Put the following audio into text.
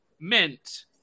mint